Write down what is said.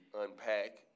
unpack